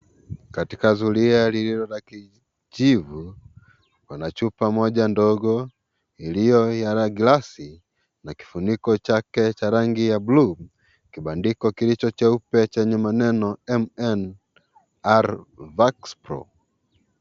Katika zulia lililo la kijivu, pana chupa moja ndogo iliyo ya gilasi na kifuniko chake cha rangi ya bluu, kibandiko kilicho cheupe chenye maneno M-M-RavaxPro .